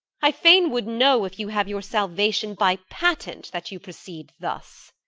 i fain would know if you have your salvation by patent, that you proceed thus.